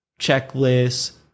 checklist